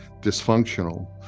dysfunctional